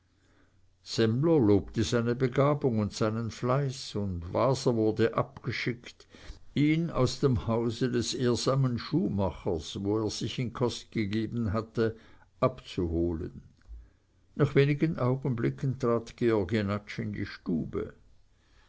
lobte seine begabung und seinen fleiß und waser wurde abgeschickt ihn aus dem hause des ehrsamen schuhmachers wo er sich in kost gegeben hatte abzuholen nach wenigen augenblicken trat georg jenatsch in die stube